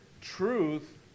Truth